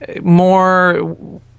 more